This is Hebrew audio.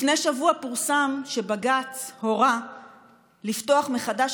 לפני שבוע פורסם שבג"ץ הורה לפתוח מחדש